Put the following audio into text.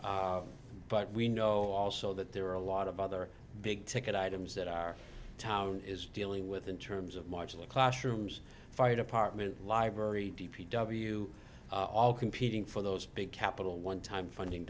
but we know also that there are a lot of other big ticket items that our town is dealing with in terms of marginal classrooms fire department library d p w all competing for those big capital one time funding